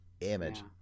image